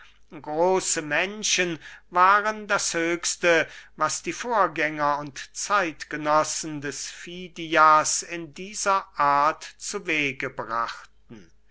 große menschen waren das höchste was die vorgänger und zeitgenossen des fidias in dieser art zuwege brachten